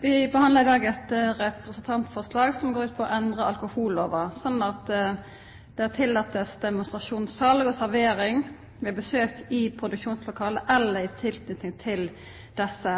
Vi behandler i dag et representantforslag som går ut på å endre alkoholloven slik at det tillates demonstrasjonssalg og servering ved besøk i produksjonslokaler eller i tilknytning til disse,